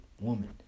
woman